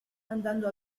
andando